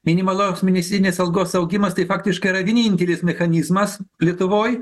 minimalaus mėnesinės algos augimas tai faktiškai yra vienintelis mechanizmas lietuvoj